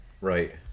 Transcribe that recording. Right